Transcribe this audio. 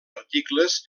articles